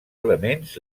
elements